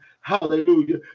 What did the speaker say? hallelujah